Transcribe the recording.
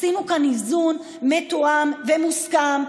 עשינו כאן איזון מתואם ומוסכם בממשלה,